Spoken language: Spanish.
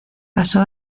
pasó